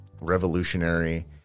revolutionary